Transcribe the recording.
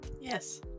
Yes